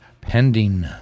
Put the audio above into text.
Pending